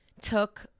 took